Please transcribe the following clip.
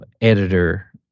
editor